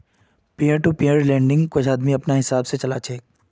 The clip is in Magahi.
पीयर टू पीयर लेंडिंग्क कुछ आदमी अपनार हिसाब से चला छे